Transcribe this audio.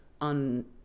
on